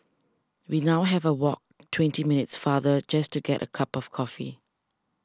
we now have a walk twenty minutes farther just to get a cup of coffee